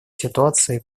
ситуации